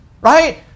right